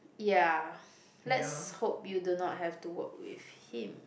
ya let's hope you do not have to work with him